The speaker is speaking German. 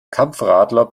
kampfradler